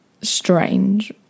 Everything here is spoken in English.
strange